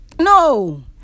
No